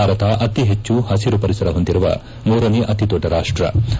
ಭಾರತ ಅತಿ ಹೆಚ್ಚು ಹಸಿರು ಪರಿಸರ ಹೊಂದಿರುವ ಮೂರನೇ ಅತಿದೊಡ್ಡ ರಾಷ್ಟವಾಗಿದೆ